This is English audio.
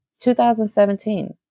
2017